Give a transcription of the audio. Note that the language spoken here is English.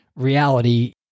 reality